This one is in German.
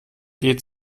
geht